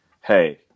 hey